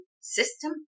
system